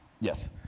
Yes